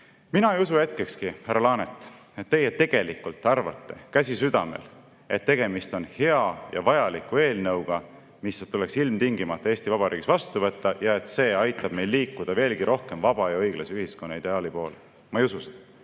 Mina ei usu hetkekski, härra Laanet, et teie tegelikult arvate, käsi südamel, et tegemist on hea ja vajaliku eelnõuga, mis tuleks ilmtingimata Eesti Vabariigis vastu võtta, et see aitaks meil liikuda veelgi vabama ja õiglasema ühiskonna ideaali poole. Ma ei usu seda.